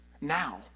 now